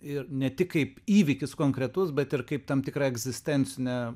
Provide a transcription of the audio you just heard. ir ne tik kaip įvykis konkretus bet ir kaip tam tikra egzistencinė